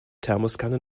thermoskanne